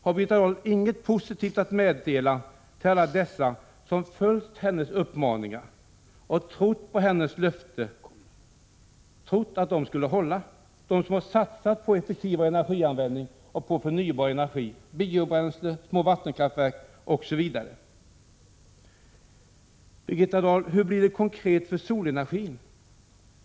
Har Birgitta Dahl ingenting positivt att meddela till alla dessa som följt hennes uppmaningar och trott att hennes löften skulle hållas, alla dem som har satsat på effektivare energianvändning och på förnybar energi, såsom biobränsle, små vattenkraftverk? Hur blir det konkret med solenergin, Birgitta Dahl?